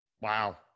wow